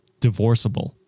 divorceable